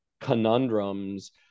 conundrums